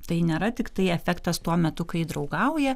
tai nėra tiktai efektas tuo metu kai draugauja